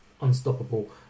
unstoppable